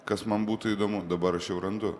kas man būtų įdomu dabar aš jau randu